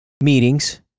meetings